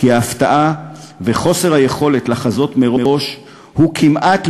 כי הפתעה וחוסר היכולת לחזות מראש הם כמעט,